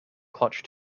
clutch